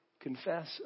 Confess